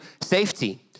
safety